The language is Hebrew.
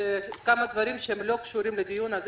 כמה דברים שלא קשורים לדיון הזה